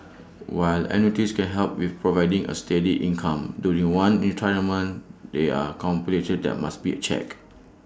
while annuities can help with providing A steady income during one's retirement there are that must be checked